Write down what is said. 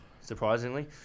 surprisingly